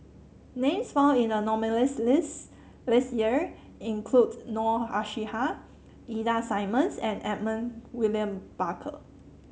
names found in the nominees' list this year include Noor Aishah Ida Simmons and Edmund William Barker